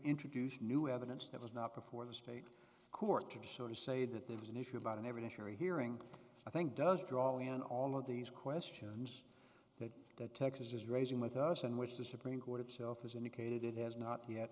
introduce new evidence that was not before the spate of court t v so to say that there was an issue about an evidence you're hearing i think does draw in all of these questions that that texas is raising with us in which the supreme court itself has indicated it has not yet